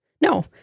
No